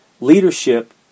leadership